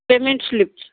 payment slip